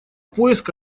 поиск